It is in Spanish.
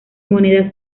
monedas